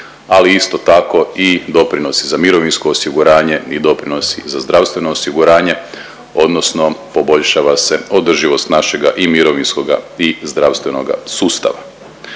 ali isto tako i doprinosi za mirovinsko osiguranje i doprinosi za zdravstveno stanje odnosno poboljšava se održivost našega i mirovinskoga i zdravstvenoga sustava.